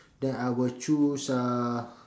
then I would choose uh